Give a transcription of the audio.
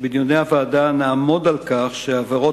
שבדיוני הוועדה נעמוד על כך שעבירות